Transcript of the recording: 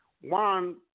One